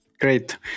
Great